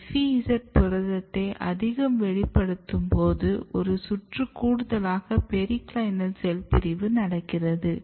FEZ புரதத்தை அதிகம் வெளிப்படுத்தும்போது ஒரு சுற்று கூடுதலாக பெரிக்ளைனல் செல் பிரிவு நடக்கிறது